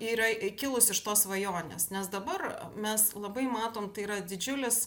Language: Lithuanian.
yra kilus iš tos svajonės nes dabar mes labai matom tai yra didžiulis